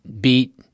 beat